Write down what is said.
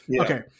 Okay